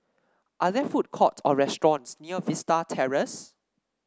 are there food courts or restaurants near Vista Terrace